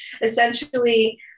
essentially